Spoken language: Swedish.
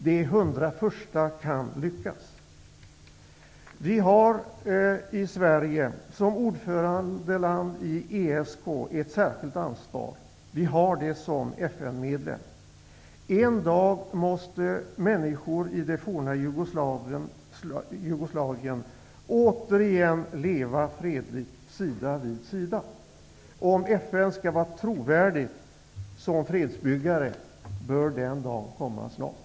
Det 101:a kan lyckas. Som ordförandeland i ESK har Sverige ett särskilt ansvar. Det har vi också som FN-medlem. En dag måste människor i det forna Jugoslavien återigen kunna leva fredligt sida vid sida. Om FN skall vara trovärdigt som fredsbyggare, bör den dagen komma snart.